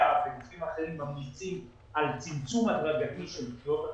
וגופים אחרים ממליצים על צמצום הדרגתי של תביעות....